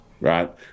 right